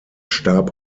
starb